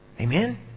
Amen